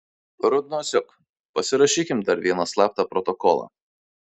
rudnosiuk pasirašykim dar vieną slaptą protokolą